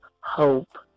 hope